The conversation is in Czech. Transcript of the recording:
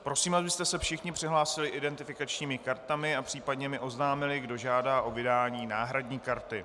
Prosím, abyste se všichni přihlásili identifikačními kartami a případně mi oznámili, kdo žádá o vydání náhradní karty.